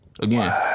Again